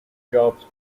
jobs